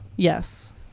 Yes